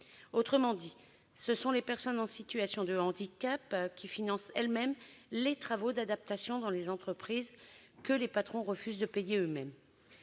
Autrement dit, ce sont les personnes en situation de handicap qui financent elles-mêmes les travaux d'adaptation dans les entreprises que les patrons refusent de financer eux-mêmes.